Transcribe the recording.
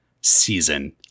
season